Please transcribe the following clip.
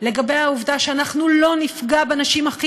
לגבי העובדה שאנחנו לא נפגע בנשים הכי